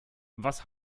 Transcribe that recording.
was